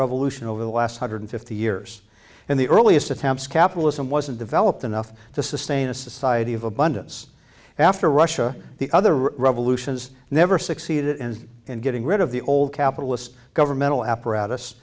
revolution over the last hundred fifty years in the earliest attempts capitalism wasn't developed enough to sustain a society of abundance after russia the other revolutions never succeeded in getting rid of the old capitalist governmental apparatus